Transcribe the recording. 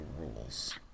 rules